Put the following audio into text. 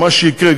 מה שיקרה,